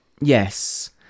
Yes